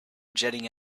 jetting